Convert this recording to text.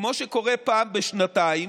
כמו שקורה פעם בשנתיים,